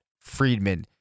Friedman